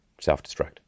self-destruct